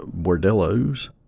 Bordellos